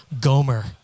Gomer